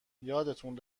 یادتون